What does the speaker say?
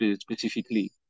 specifically